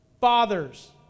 Fathers